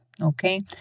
Okay